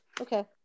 Okay